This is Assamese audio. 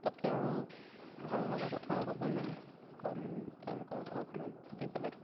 তাতকৈ আৰু ভাল লগা কথা আৰু হ'বই নোৱাৰে কাৰণ তেওঁলোকৰ ঘৰখনত যদি বেলেগ